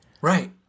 right